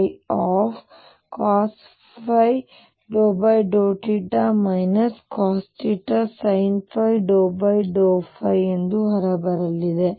Ly icosϕ∂θ cotθsinϕ∂ϕ ಎಂದು ಹೊರ ಬರಲಿದೆ